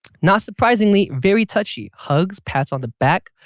not surprisingly, very touchy. hugs, pats on the back,